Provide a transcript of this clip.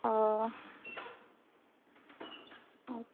ও আ